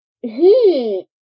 he-